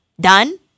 Done